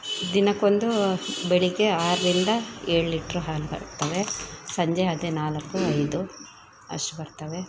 ದಿನಕ್ಕೊಂದು ಬೆಳಿಗ್ಗೆ ಆರರಿಂದ ಏಳು ಲೀಟ್ರ್ ಹಾಲು ಬರ್ತವೆ ಸಂಜೆ ಅದೇ ನಾಲ್ಕು ಐದು ಅಷ್ಟು ಬರ್ತವೆ